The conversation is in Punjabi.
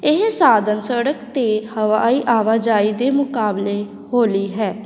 ਇਹ ਸਾਧਨ ਸੜਕ ਅਤੇ ਹਵਾਈ ਆਵਾਜਾਈ ਦੇ ਮੁਕਾਬਲੇ ਹੌਲੀ ਹੈ